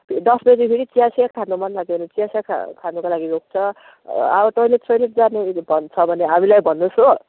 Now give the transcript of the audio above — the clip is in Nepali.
दस बजी फेरि चियासिया खानु मन लाग्यो भने चियासिया खानुको लागि रोक्छ अब टोइलेट सोइलेट जानु छ भने हामीलाई भन्नुहोस् हो